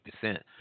percent